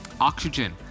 oxygen